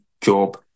job